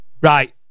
Right